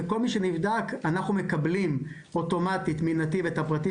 וכל מי שנבדק אנחנו מקבלים אוטומטית מנתיב את הפרטים